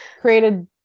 created